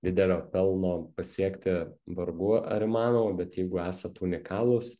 didelio pelno pasiekti vargu ar įmanoma bet jeigu esat unikalūs